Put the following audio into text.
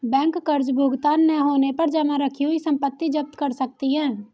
bank कर्ज भुगतान न होने पर जमा रखी हुई संपत्ति जप्त कर सकती है